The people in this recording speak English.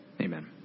Amen